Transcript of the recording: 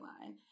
line